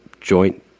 joint